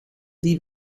die